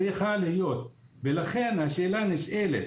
לכן השאלה הנשאלת,